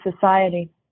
society